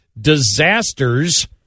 disasters